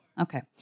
okay